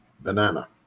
Banana